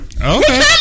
Okay